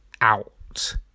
out